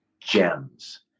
gems